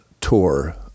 tour